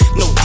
no